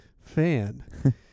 fan